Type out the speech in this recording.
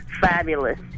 fabulous